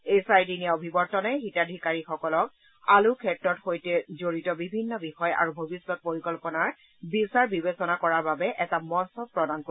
এই চাৰিদিনীয়া অভিৱৰ্তনে হিতাধিকাৰীসকলক আলুৰ ক্ষেত্ৰৰ সৈতে জড়িত বিভিন্ন বিষয় আৰু ভৱিষ্যত পৰিকল্পনাৰ বিচাৰ বিবেচনা কৰাৰ বাবে এটা মঞ্চ প্ৰদান কৰে